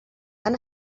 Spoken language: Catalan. han